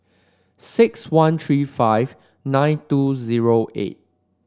six one three five nine two zero eight